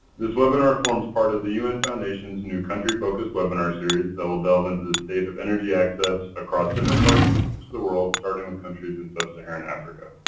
this webinar forms part of the u n. foundation's new country-focused webinar series that will delve into the state of energy access across different parts of the world starting with countries in sub-saharan africa.